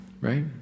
Right